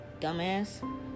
Dumbass